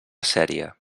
seria